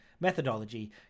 methodology